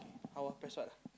how ah press what ah